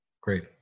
Great